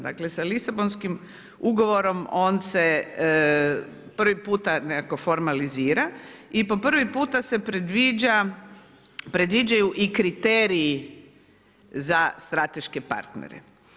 Dakle sa Lisabonskim ugovorom on se prvi puta nekako formalizira i po prvi puta se predviđaju i kriteriji za strateške partnere.